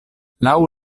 laŭ